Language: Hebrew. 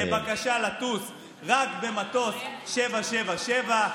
לבקשה לטוס רק במטוס 777,